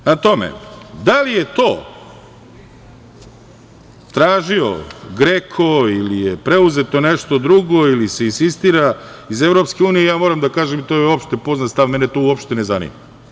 Prema tome, da li je to tražio GREKO ili je preuzeto nešto drugo ili se insistira iz EU, ja moram da kažem i to je opšte poznat stav, mene to uopšte ne zanima.